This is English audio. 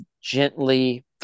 gently